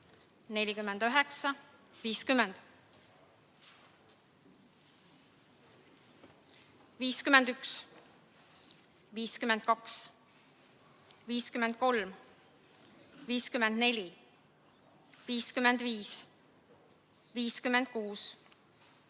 49, 50, 51, 52, 53, 54, 55, 56, 57,